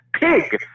Pig